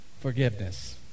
forgiveness